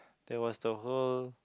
there was the whole